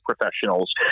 professionals